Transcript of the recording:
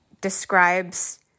describes